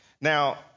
Now